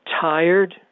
tired